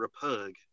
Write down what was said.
repug